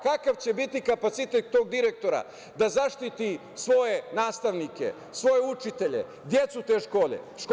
Kakav će biti kapacitet tog direktora da zaštiti svoje nastavnike, svoje učitelje, decu te škole?